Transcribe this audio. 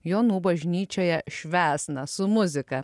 jonų bažnyčioje švęs na su muzika